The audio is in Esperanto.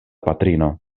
patrino